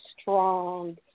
strong